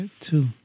Two